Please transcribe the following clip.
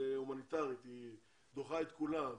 ההומניטרית היא דוחה את כולן